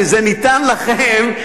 זה ניתן לכם,